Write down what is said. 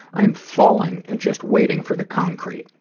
i am falling, and just waiting for the concrete.